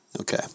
Okay